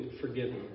forgiven